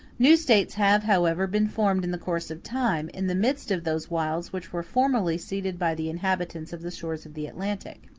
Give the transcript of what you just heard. new states have, however, been formed in the course of time, in the midst of those wilds which were formerly ceded by the inhabitants of the shores of the atlantic.